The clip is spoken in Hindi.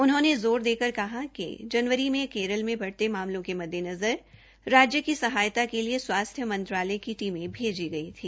उन्होंने ज़ोर देकर कहा कि जनवरी में केरल मे बढ़ते मामलों के मद्देनज़र राजय की सहायता के लिए स्वास्थ्य मंत्रालय की टीमें भेजी गई थी